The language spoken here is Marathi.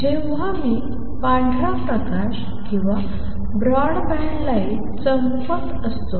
जेव्हा मी पांढरा प्रकाश किंवा ब्रॉड बँड लाइट चमकत असतो